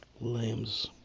limbs